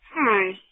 Hi